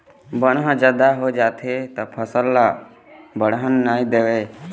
बन ह जादा हो जाथे त फसल ल बाड़हन नइ देवय